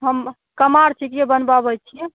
हम कमार छियै जे बनबबै छियै